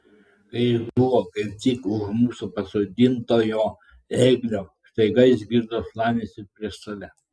kai jis buvo kaip tik už mūsų pasodintojo ėglio staiga išgirdo šlamesį prieš save